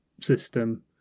system